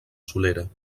solera